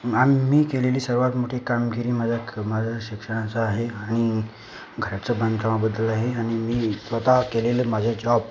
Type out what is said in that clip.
आणि मी केलेली सर्वात मोठी कामगिरी माझ क माझा शिक्षणाचं आहे आणि मी घरचं पण कामाबद्दल आहे आणि मी स्वतः केलेले माझे जॉब